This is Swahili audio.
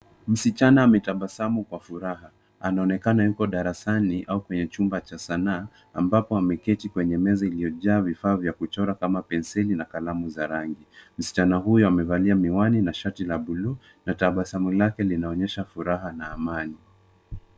Msichana ametabasamu kwa furaha anaonekana yuko darasani au kwenye chumba cha sanaa ambapo ameketi kwenye meza iliyojaa vifaa vya kuchora kama penseli na kalamu za rangi. Msichana huyo amevalia miwani na shati na bluu na tabasamu lake linaonyesha furaha na amani.